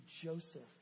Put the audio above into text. Joseph